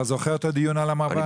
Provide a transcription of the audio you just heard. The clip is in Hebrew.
אתה זוכר את הדיון על המרב"ד?